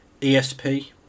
ESP